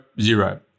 zero